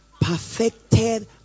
perfected